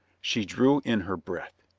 she drew in her breath.